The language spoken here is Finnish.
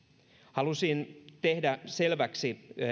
halusin tehdä selväksi